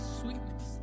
Sweetness